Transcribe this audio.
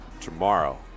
tomorrow